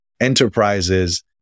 Enterprises